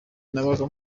nabaga